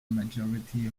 majority